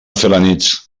felanitx